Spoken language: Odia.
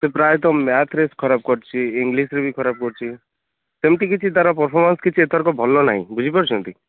ସେ ପ୍ରାୟତଃ ମ୍ୟାଥରେ ଖରାପ କରିଛି ଇଂଲିଶରେ ବି ଖରାପ କରିଛି ସେମିତି କିଛି ତା'ର ପଫରମାନ୍ସ କିଛି ଏଥରକ ଭଲ ନାହିଁ ବୁଝିପାରୁଛନ୍ତି